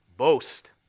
Boast